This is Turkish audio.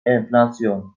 enflasyon